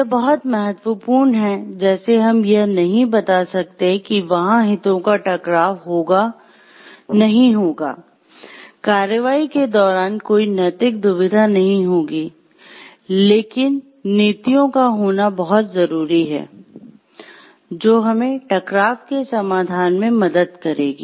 यह बहुत महत्वपूर्ण है जैसे हम यह नहीं बता सकते कि वहां हितों का टकराव नहीं होगा कार्रवाई के दौरान कोई नैतिक दुविधा नहीं होगी लेकिन नीतियों का होना बहुत जरूरी है जो हमें टकराव के समाधान में मदद करेंगी